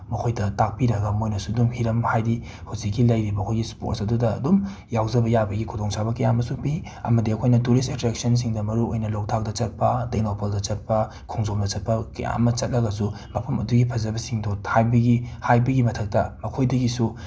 ꯃꯈꯣꯏꯗ ꯇꯥꯛꯄꯤꯔꯒ ꯃꯣꯏꯅꯁꯨ ꯑꯗꯨꯝ ꯍꯤꯔꯝ ꯍꯥꯏꯗꯤ ꯍꯧꯖꯤꯛꯀꯤ ꯂꯩꯔꯤꯕ ꯑꯩꯈꯣꯏꯒꯤ ꯏꯁꯄꯣꯔꯠꯁ ꯑꯗꯨꯗ ꯑꯗꯨꯝ ꯌꯥꯎꯖꯕ ꯌꯥꯕꯒꯤ ꯈꯨꯗꯣꯡꯆꯥꯕ ꯀꯌꯥ ꯑꯃꯁꯨ ꯄꯤ ꯑꯃꯗꯤ ꯑꯩꯈꯣꯏꯅ ꯇꯨꯔꯤꯁ ꯑꯦꯇ꯭ꯔꯦꯛꯁꯟꯁꯤꯡꯗ ꯃꯔꯨꯑꯣꯏꯅ ꯂꯣꯛꯇꯥꯛꯇ ꯆꯠꯄ ꯇꯦꯡꯅꯧꯄꯜꯗ ꯆꯠꯄ ꯈꯣꯡꯖꯣꯝꯗ ꯆꯠꯄ ꯀꯌꯥ ꯑꯃ ꯆꯠꯂꯒꯁꯨ ꯃꯐꯝ ꯑꯗꯨꯒꯤ ꯐꯖꯕꯁꯤꯡꯗꯨ ꯍꯥꯏꯕꯒꯤ ꯃꯊꯛꯇ ꯃꯈꯣꯏꯗꯒꯤꯁꯨ